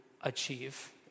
achieve